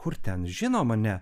kur ten žinoma ne